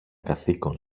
καθήκον